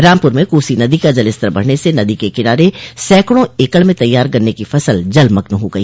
रामपूर में कोसी नदी का जलस्तर बढ़ने से नदी के किनारे सैकड़ों एकड़ में तैयार गन्ने की फसल जलमग्न हो गई